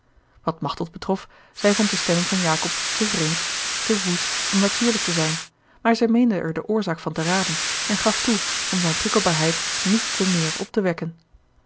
wat machteld betrof zij vond de stemming van jacob te vreemd te woest om natuurlijk te zijn maar zij meende er de oorzaak van te raden en gaf toe om zijne prikkelbaarheid niet te meer op te wekken